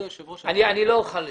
אני לא אוכל לשנות.